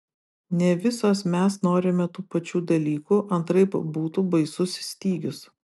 ne visos mes norime tų pačių dalykų antraip būtų baisus stygius